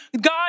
God